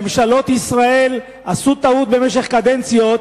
זה חוק שבא כי ממשלות ישראל עשו טעות במשך קדנציות,